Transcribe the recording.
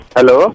Hello